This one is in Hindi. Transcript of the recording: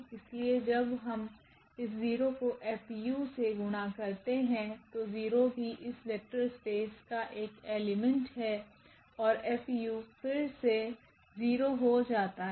इसलिए जब हम इस 0 कोFसे गुणा करते हैं तो0 भी इस वेक्टर स्पेस का एक एलिमेंट हैऔर F फिर से 0 हो जाता है